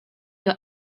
your